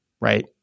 right